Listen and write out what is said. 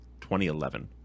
2011